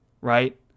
right